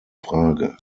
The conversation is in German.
frage